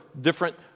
different